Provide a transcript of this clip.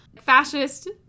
fascist